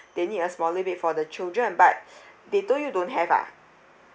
they need a smaller for the children but they told you don't have ah